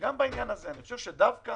גם בעניין הזה, אני חושב שדווקא